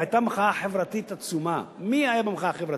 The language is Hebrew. היתה מחאה חברתית עצומה, מי היה במחאה החברתית?